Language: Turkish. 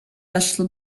yaşlı